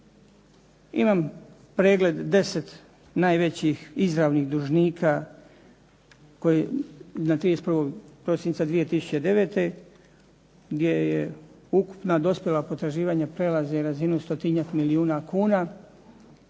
Imam pregled 10 najvećih izravnih dužnika na 31. prosinca 2009., gdje je ukupna dospjela potraživanja prelaze razinu stotinjak milijuna kuna.